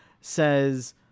says